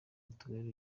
mituweli